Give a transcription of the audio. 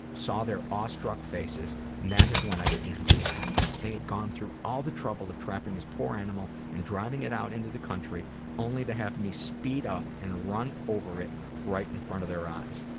saw their awestruck faces, and that is when i began to laugh. they had gone through all of the trouble of trapping this poor animal and driving it out into the country only to have me speed up and run over it right in front of their eyes.